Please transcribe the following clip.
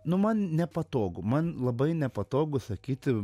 nu man nepatogu man labai nepatogu sakyti